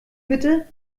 bitte